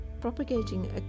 propagating